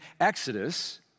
Exodus